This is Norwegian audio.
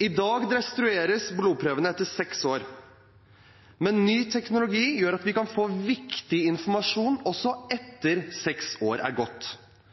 I dag destrueres blodprøvene etter seks år, men ny teknologi gjør at vi kan få viktig informasjon også etter at seks år er gått.